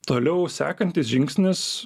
toliau sekantis žingsnis